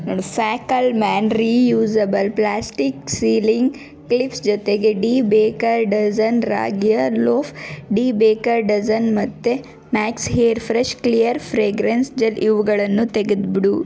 ಫ್ಯಾಕಲ್ man reusable plastic sealing clips ಜೊತೆಗೆ the baker dozen ರಾಗಿಯ loaf the baker dozen ಮತ್ತೆ max hair fresh clear fragrance gel ಇವುಗಳನ್ನು ತೆಗೆದ್ಬಿಡು